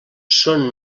són